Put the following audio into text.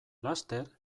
laster